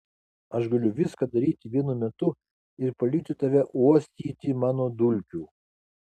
aš galiu viską daryti vienu metu ir palikti tave uostyti mano dulkių